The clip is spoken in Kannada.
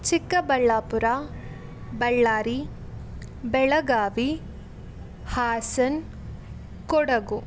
ಚಿಕ್ಕಬಳ್ಳಾಪುರ ಬಳ್ಳಾರಿ ಬೆಳಗಾವಿ ಹಾಸನ ಕೊಡಗು